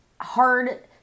hard